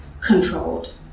controlled